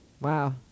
Wow